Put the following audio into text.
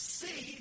see